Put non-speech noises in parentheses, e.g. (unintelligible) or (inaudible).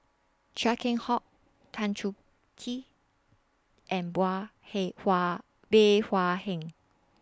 Chia Keng Hock Tan Chong Tee and (unintelligible) Hei Hua Bey Hua Heng